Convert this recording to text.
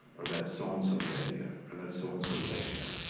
or that's so-and-so's idea, or that's so-and-so's idea.